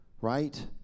right